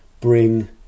bring